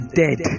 dead